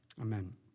Amen